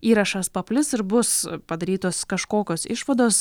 įrašas paplis ir bus padarytos kažkokios išvados